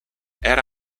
era